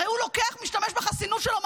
הרי הוא לוקח ומשתמש בחסינות שלו,